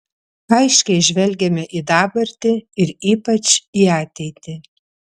aiškiai žvelgiame į dabartį ir ypač į ateitį